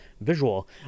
visual